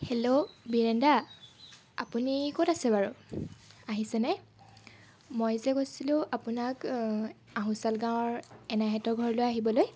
hello বিৰেণদা আপুনি ক'ত আছে বাৰু আহিছেনে মই যে কৈছিলোঁ আপোনাক আহুচাউল গাঁৱৰ এনাইহঁতৰ ঘৰলৈ আহিবলৈ